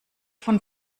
von